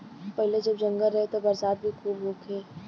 पहिले जब जंगल रहे त बरसात भी खूब होखे